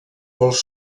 pels